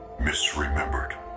misremembered